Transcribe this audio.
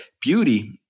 beauty